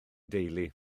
deulu